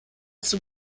zum